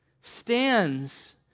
stands